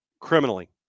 criminally